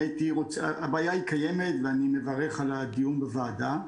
הבעיה קיימת ואני מברך על הדיון בוועדה.